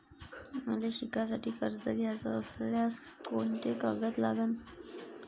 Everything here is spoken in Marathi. मले शिकासाठी कर्ज घ्याचं असल्यास कोंते कागद लागन?